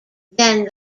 then